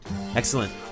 excellent